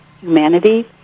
humanity